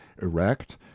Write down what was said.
erect